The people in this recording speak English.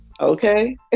Okay